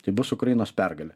tai bus ukrainos pergalė